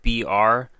BR